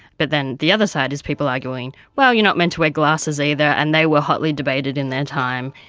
but then the other side is people arguing, well, you're not meant to wear glasses either and they were hotly debated in their time,